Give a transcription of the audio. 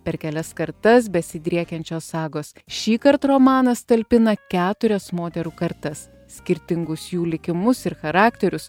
per kelias kartas besidriekiančios sagos šįkart romanas talpina keturias moterų kartas skirtingus jų likimus ir charakterius